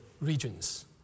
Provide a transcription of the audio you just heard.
regions